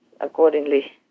accordingly